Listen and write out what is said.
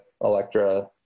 electra